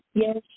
Yes